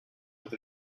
with